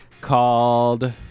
called